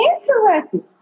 Interesting